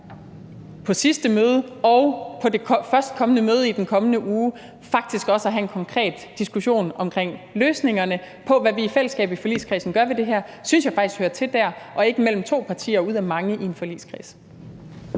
det sidste møde og på det førstkommende møde i den kommende uge – og faktisk også det at have en konkret diskussion omkring løsningerne på, hvad vi i fællesskab i forligskredsen gør ved det her, synes jeg faktisk hører til der og ikke mellem to partier ud af mange i en forligskreds.